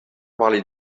vàlid